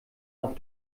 auf